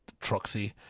Troxy